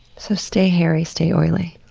so stay hairy, stay oily.